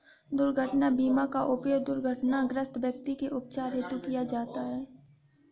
दुर्घटना बीमा का उपयोग दुर्घटनाग्रस्त व्यक्ति के उपचार हेतु किया जाता है